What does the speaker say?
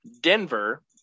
Denver